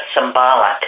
symbolic